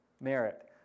merit